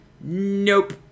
Nope